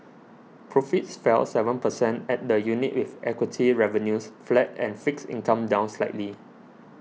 profits fell seven percent at the unit with equity revenues flat and fixed income down slightly